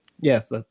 Yes